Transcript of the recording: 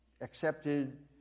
accepted